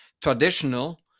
traditional